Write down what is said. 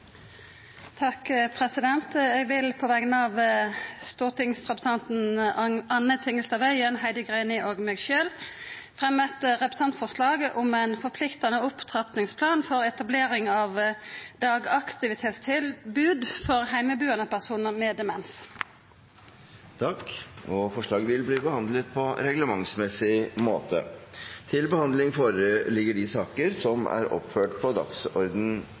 Eg vil på vegner av stortingsrepresentantane Anne Tingelstad Wøien, Heidi Greni og meg sjølv fremja eit representantforslag om ein forpliktande opptrappingsplan for etablering av dagaktivitetstilbod for heimebuande personar med demens. Forslaget vil bli behandlet på reglementsmessig måte. Etter ønske fra utenriks- og forsvarskomiteen vil presidenten foreslå at taletiden blir begrenset til